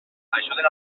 ajuden